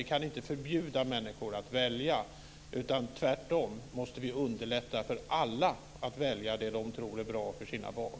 Vi kan inte förbjuda människor att välja, utan tvärtom måste vi underlätta för alla att välja det som de tror är bra för deras barn.